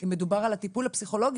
ובין אם מדובר על הטיפול הפסיכולוגי